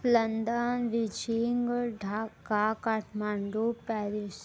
London Beijing और Dhaka Kathmandu Paris